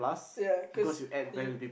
ya cause you